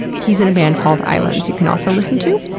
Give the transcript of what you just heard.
he's in a band called islands you can also listen to.